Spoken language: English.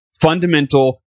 fundamental